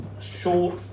short